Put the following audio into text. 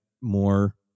more